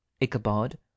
Ichabod